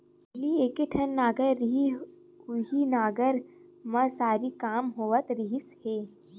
पहिली एके ठन नांगर रहय उहीं नांगर म सरी काम होवत रिहिस हे